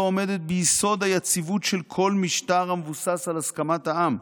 עומדת ביסוד היציבות של כל משטר המבוסס על הסכמת העם.